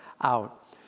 out